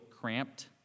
cramped